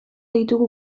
ditugu